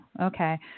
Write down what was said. Okay